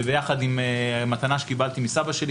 וביחד עם מתנה שקיבלתי מסבא שלי,